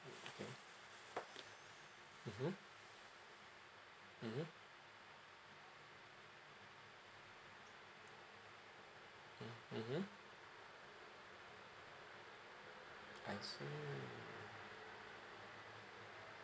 mmhmm mmhmm mmhmm I see